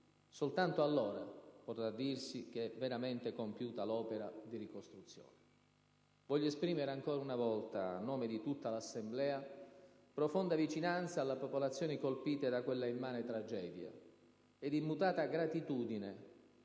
soltanto allora potrà dirsi veramente compiuta l'opera di ricostruzione. Voglio esprimere ancora una volta, a nome di tutta l'Assemblea, profonda vicinanza alle popolazioni colpite da quella immane tragedia, ed immutata gratitudine